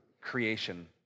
creation